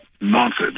nonsense